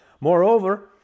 Moreover